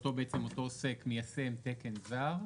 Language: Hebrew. שאותו עוסק מיישם תקן זר,